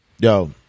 yo